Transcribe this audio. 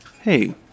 Hey